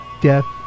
death